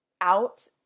out